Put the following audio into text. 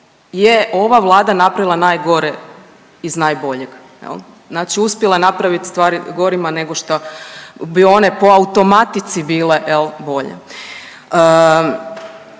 je ova vlada napravila najgore iz najboljeg, znači uspjela je napraviti stvari gorima nego šta bi one po automatici bile bolje.